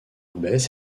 baisse